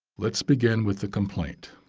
let's begin with the complaint.